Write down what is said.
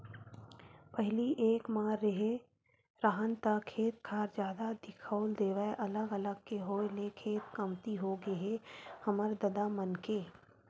पहिली एक म रेहे राहन ता खेत खार जादा दिखउल देवय अलग अलग के होय ले खेत कमती होगे हे हमर ददा मन के